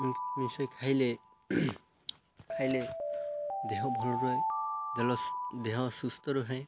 ମିଶେଇ ଖାଇଲେ ଖାଇଲେ ଦେହ ଭଲ ରୁହେ ଜଲ ଦେହ ସୁସ୍ଥ ରୁହେ